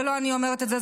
זה לא אני אומרת את זה,